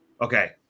Okay